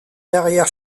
derrière